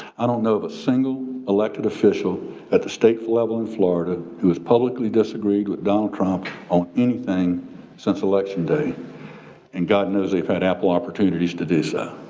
i don't know of a single elected official at the state level in florida who was publicly disagreed with donald trump on anything since election day and god knows they've had ample of opportunities to do so.